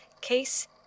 Case